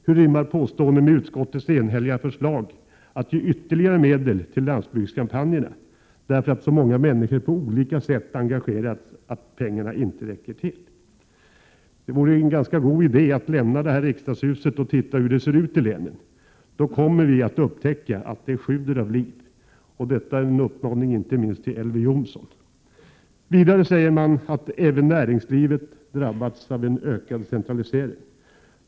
Hur rimmar påståendet med utskottets enhälliga förslag att ge ytterligare medel till landsbygdskampanjerna därför att så många människor på olika sätt engagerats att pengarna inte räcker till? Det vore en god idé att lämna riksdagshuset och titta hur det ser ut ute i länen — då kommer ni att upptäcka att det sjuder av liv! Detta är en uppmaning inte minst till Elver Jonsson. Vidare säger man att även näringslivet drabbats av en ökad centralisering.